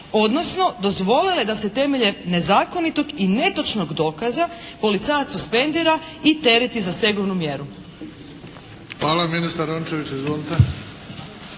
odnosno dozvolite da se temeljem nezakonitog i netočnog dokaza policajac suspendira i tereti za stegovnu mjeru.